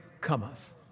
cometh